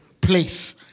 place